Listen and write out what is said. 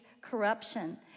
corruption